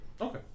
Okay